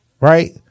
right